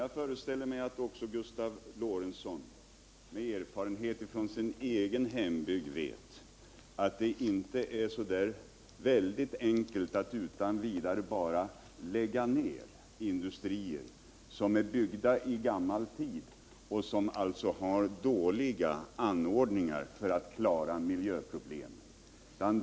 Jag föreställer mig att också Gustav Lorentzon med erfarenhet från sin egen hembygd vet att det inte är så där väldigt enkelt att utan vidare bara lägga ned industrier, som är byggda i gammal tid och alltså har dåliga anordningar för att klara miljökraven.